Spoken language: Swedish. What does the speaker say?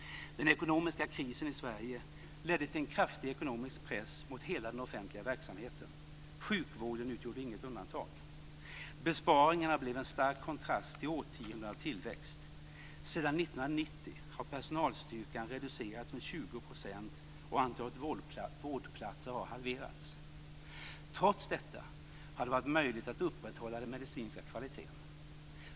Den ekonomiska krisen i Sverige ledde till en kraftig ekonomisk press mot hela den offentliga verksamheten. Sjukvården utgjorde inget undantag. Besparingarna blev en stark kontrast till årtionden av tillväxt. Sedan 1990 har personalstyrkan reducerats med 20 %, och antalet vårdplatser har halverats. Trots detta har det varit möjligt att upprätthålla den medicinska kvaliteten.